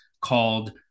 called